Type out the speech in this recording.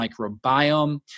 microbiome